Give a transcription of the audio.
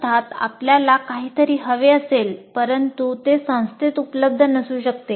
अर्थात आपल्याला काहीतरी हवे असेल परंतु ते संस्थेत उपलब्ध नसू शकते